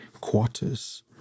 quarters